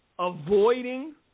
Avoiding